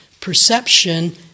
Perception